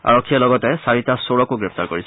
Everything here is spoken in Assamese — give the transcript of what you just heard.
আৰক্ষীয়ে লগতে চাৰিটা চোৰকো গ্ৰেপ্তাৰ কৰিছে